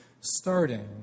starting